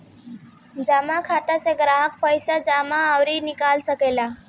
जमा खाता से ग्राहक पईसा जमा अउरी निकाल सकेला